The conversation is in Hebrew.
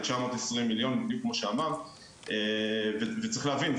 היא 920 מיליון כמוש אמרת וצריך להבין,